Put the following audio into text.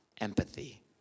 empathy